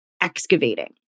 excavating